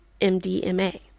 MDMA